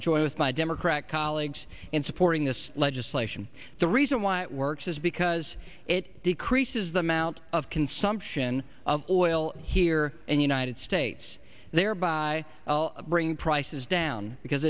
join with my democrat colleagues in supporting this legislation the reason why it works is because it decreases the amount of consumption of oil here and united states and thereby bring prices down because